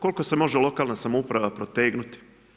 Koliko se može lokalna samouprava protegnuti?